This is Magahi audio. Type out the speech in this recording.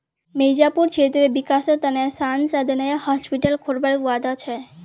मिर्जापुर क्षेत्रेर विकासेर त न सांसद नया हॉस्पिटल खोलवार वादा छ